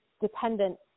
dependent